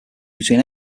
between